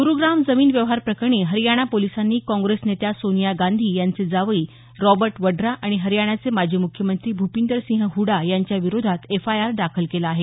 ग्रुग्राम जमीन व्यवहार प्रकरणी हरयाणा पोलिसांनी काँग्रेस नेत्या सोनिया गांधी यांचे जावई रॉबर्ट वड्रा आणि हरियाणाचे माजी मुख्यमंत्री भूपिंदर सिंह हुडा यांच्या विरोधात एफआयआर दाखल केला आहे